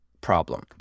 problem